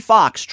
Fox